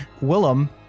Willem